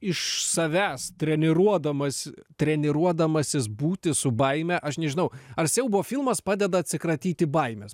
iš savęs treniruodamas treniruodamasis būti su baime aš nežinau ar siaubo filmas padeda atsikratyti baimės